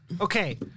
Okay